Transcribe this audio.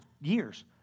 years